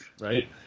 right